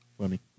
Funny